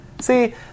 See